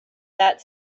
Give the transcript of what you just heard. that